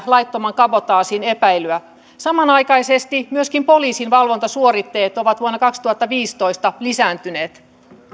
laittoman kabotaasin epäilyä samanaikaisesti myöskin poliisin valvontasuoritteet ovat vuonna kaksituhattaviisitoista lisääntyneet